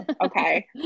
okay